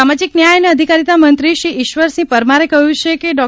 સામાજિક ન્યાય અને અધિકારીતા મંત્રી શ્રી ઇશ્વરસિંહ પરમારે કહ્યું છે કે ડો